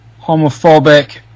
homophobic